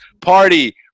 party